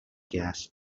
gas